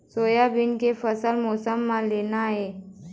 Soybean के फसल का मौसम म लेना ये?